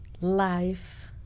life